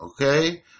okay